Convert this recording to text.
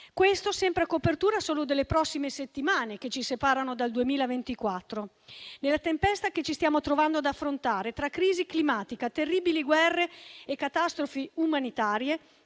Questo sempre a copertura solo delle prossime settimane che ci separano dal 2024. Nella tempesta che ci stiamo trovando ad affrontare, tra crisi climatica, terribili guerre e catastrofi umanitarie,